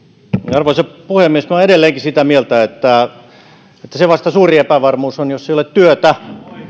arvoisa puhemies minä olen edelleenkin sitä mieltä että että se vasta suuri epävarmuus on jos ei ole työtä